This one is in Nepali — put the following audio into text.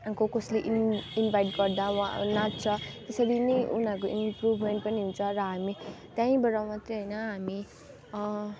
कसकसले इन इन्भाइट गर्दा वहाँ नाच्छ यसरी नै उनीहरूको इम्प्रुभमेन्ट पनि हुन्छ र हामी त्यहीँबाट मात्र होइन हामी